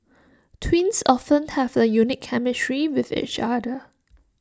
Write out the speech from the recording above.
twins often have A unique chemistry with each other